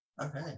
okay